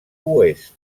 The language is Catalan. oest